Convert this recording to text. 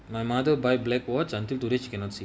my mother buy black watch until today she cannot see